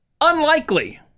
unlikely